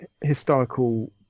historical